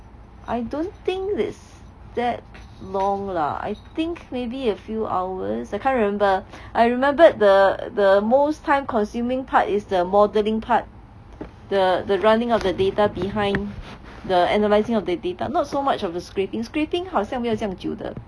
I don't think it's that long lah I think maybe a few hours I can't remember I remembered the the most time consuming part is the modeling part the the running of the data behind the analyzing of the data not so much of scraping scraping 好像没有这样久的